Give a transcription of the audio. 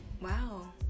Wow